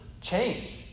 change